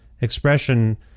expression